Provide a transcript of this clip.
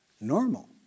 normal